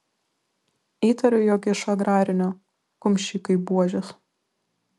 įtariu jog iš agrarinio kumščiai kaip buožės